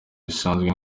bisanzwe